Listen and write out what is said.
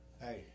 Hey